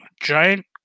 giant